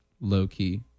low-key